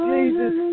Jesus